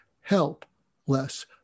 helpless